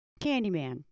Candyman